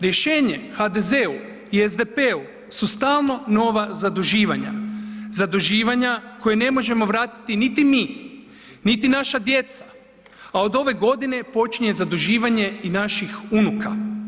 Rješenje HDZ-u i SDP-u su stalno nova zaduživanja, zaduživanja koje ne možemo vratiti niti mi, niti naša djeca, a od ove godine počinje zaduživanje i naših unuka.